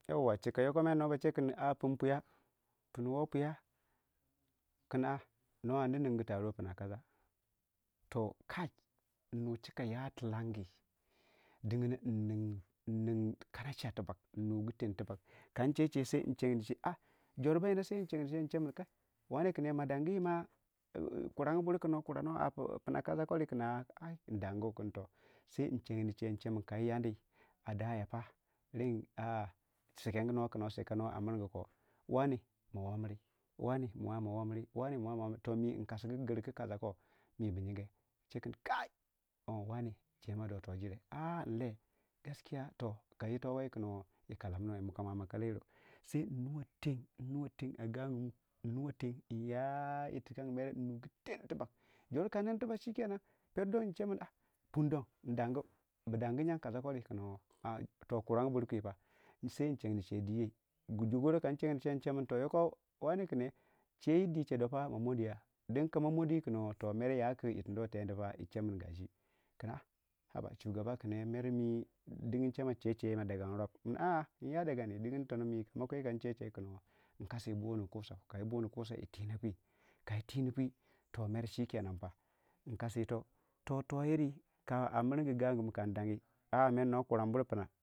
Yauwa kigu pinu piiya pin woo piiya kina no andu ningu taro pinna kasa toh kai nnui chika ya tu lamgi dingin yin ning kanache tigbag nnugu tang kan checai jore ba yinna yin chencei yin chemin min a mo dangi ma yi kurangu buru ku no kuranuwai a pinna kasa kodu ai ndangu sai yin chennicei min kai Yandi a dayo pa renni a sekengu nuwou ku no sekenuwei mirgu ko wane mo mawoo miri wane mo ma ma woo miri toh mi nkasigu girku kasako mi bu yinge achen kai wane chema do toh jire a yin le toh ka yitowei gaskiya nkallamunuwei nkamon ma kalayiro sai yin nuwa teng a gagumu nnuwa tengu aya yirtikangi mere nnugu teng tibag ka ing tibag jor ka ning shikenan sai pun don ndangu bu dangu yongu kasa kodii kin hoo toh kurangu bur kipa sai pun don ndangu bu dangu yangu kasa kodii kin hoo to kurangu bur kopa nche neha min chiyii di che do ma modiya dinain kama modi pa ya ku bi tindu wei tei aba shugaba din che ma chece ma Dagan rop nyadagani kama kwei kan checei nkasi yi bunu kusau yi twiina pu twinipu mere chikenen nkasi ito toh tayiri gangumu kan dangi a meri nin.